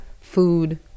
food